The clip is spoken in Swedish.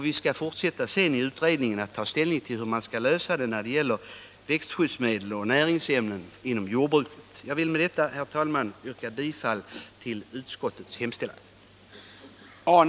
Vi skall sedan i utredningen fortsätta och ta ställning till hur man skall lösa problemet när det gäller växtskyddsmedel och näringsämnen inom jordbruket. Herr talman! Med detta vill jag yrka bifall till utskottets hemställan.